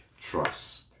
trust